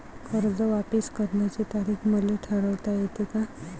कर्ज वापिस करण्याची तारीख मले ठरवता येते का?